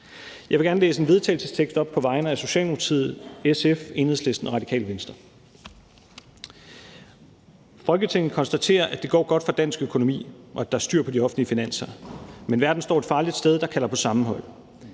Jeg vil gerne læse en vedtagelsestekst op på vegne af Socialdemokratiet, SF, Enhedslisten og Radikale Venstre: Forslag til vedtagelse »Folketinget konstaterer, at det går godt for dansk økonomi, og at der er styr på de offentlige finanser. Men verden står et farligt sted, der kalder på sammenhold.